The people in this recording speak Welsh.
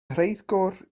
rheithgor